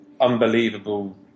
unbelievable